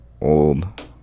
old